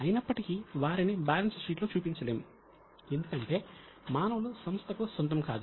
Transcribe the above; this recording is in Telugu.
అయినప్పటికీ వారిని బ్యాలెన్స్ షీట్లో చూపించలేము ఎందుకంటే మానవులు సంస్థకు సొంతం కాదు